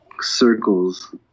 circles